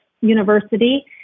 university